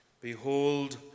Behold